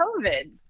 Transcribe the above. COVID